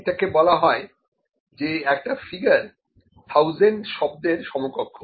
এটা বলা হয় যে একটা ফিগার 1000 শব্দের সমকক্ষ